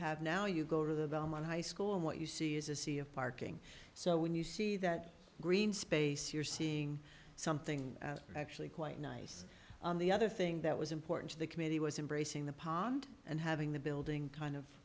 have now you go to the belmont high school and what you see is a sea of parking so when you see that green space you're seeing something actually quite nice on the other thing that was important to the committee was embracing the pond and having the building kind of